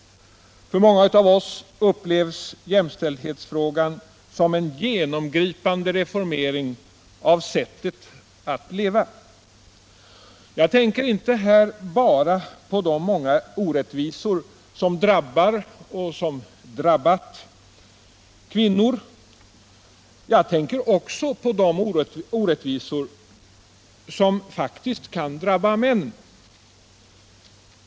Många av oss upplever jämställdhetsfrågan och kraven på ändringar som en genomgripande reformering av sättet att leva. Jag tänker här inte bara på de många orättvisor som drabbar och som drabbat kvinnor. Jag tänker också på de orättvisor som faktiskt kan drabba män.